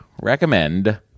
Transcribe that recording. recommend